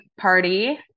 party